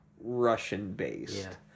Russian-based